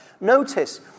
notice